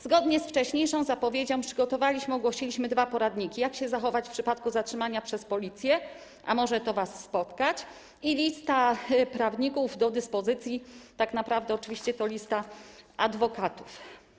Zgodnie z wcześniejszą zapowiedzią przygotowaliśmy i ogłosiliśmy dwa poradniki: jak się zachować w przypadku zatrzymania przez policję, a może to was spotkać, i listę prawników do dyspozycji - tak naprawdę to oczywiście lista adwokatów.